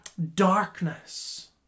darkness